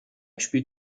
spielt